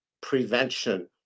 prevention